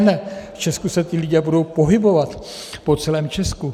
V Česku se ti lidé budou pohybovat po celém Česku.